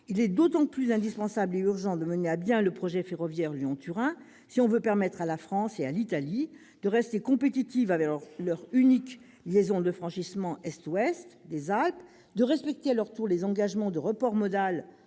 il est d'autant plus indispensable et urgent de mener à bien le projet ferroviaire Lyon-Turin si l'on veut permettre à la France et à l'Italie : de rester compétitives avec leur unique liaison de franchissement est-ouest des Alpes ; de respecter à leur tour les engagements de report modal